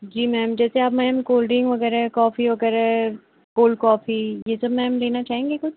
जी ma'am जैसे आप ma'am cold drink वगैरह कॉफ़ी वगैरह कोल्ड कॉफ़ी ये सब मैम लेना चाहेंगी कुछ